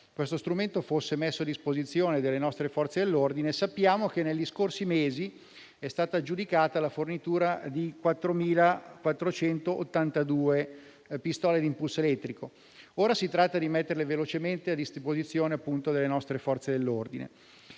Salvini, affinché fosse messo a disposizione delle nostre Forze dell'ordine e sappiamo che negli scorsi mesi è stata aggiudicata la fornitura di 4.482 pistole a impulso elettrico. Ora si tratta di metterle velocemente a disposizione delle nostre Forze dell'ordine.